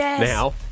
Now